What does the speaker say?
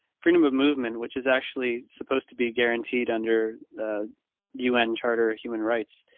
freedom of movement, which is actually supposed to be guaranteed under the un charter human rights.